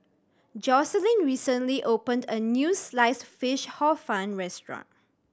Jocelyn recently opened a new Sliced Fish Hor Fun restaurant